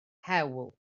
hewl